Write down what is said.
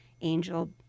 Angel